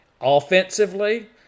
Offensively